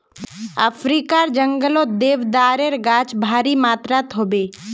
अफ्रीकार जंगलत देवदारेर गाछ भारी मात्रात ह बे